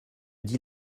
dit